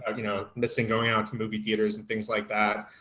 ah you know missing going out to movie theaters and things like that.